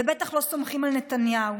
ובטח לא סומכים על נתניהו,